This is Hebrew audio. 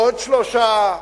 עוד שלושה חודשים?